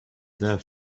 their